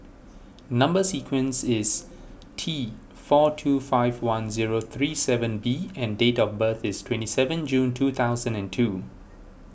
Number Sequence is T four two five one zero three seven B and date of birth is twenty seven June two thousand and two